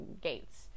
gates